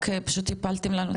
רק פשוט הפלתם לנו את הממשלה.